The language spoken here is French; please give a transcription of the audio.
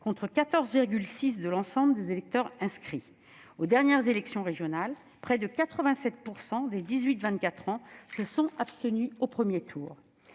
contre 14,6 % de l'ensemble des électeurs inscrits. Aux dernières élections régionales, près de 87 % des 18-24 ans se sont abstenus au premier tour.